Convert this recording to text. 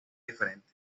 diferente